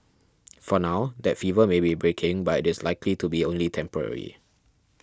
for now that fever may be breaking but it is likely to be only temporary